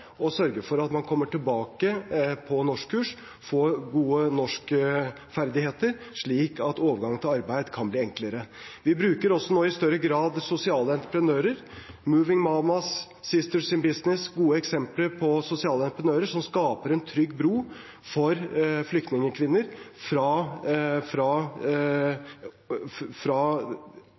for at man kommer tilbake på norskkurs og får gode norskferdigheter, slik at overgangen til arbeid kan bli enklere. Vi bruker også nå i større grad sosiale entreprenører, Moving Mamas og Sisters in Business – gode eksempler på sosiale entreprenører som skaper en trygg bro for flyktningkvinner – fra